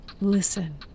Listen